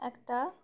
একটা